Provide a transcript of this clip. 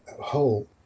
whole